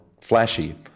flashy